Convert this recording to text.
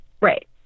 Right